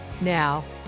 Now